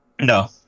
No